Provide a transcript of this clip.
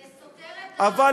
זה סותר את חוק-יסוד: הכנסת.